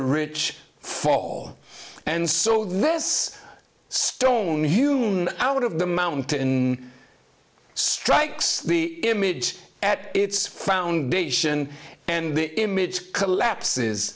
rich fall and so this stone you out of the mountain in strikes the image at its foundation and the image collapses